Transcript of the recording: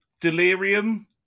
delirium